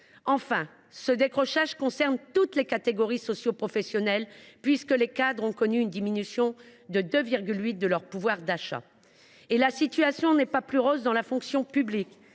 Enfin, ce décrochage concerne toutes les catégories socioprofessionnelles. En effet, les cadres ont eux aussi connu une diminution de 2,8 % de leur pouvoir d’achat. La situation n’est pas plus rose dans la fonction publique,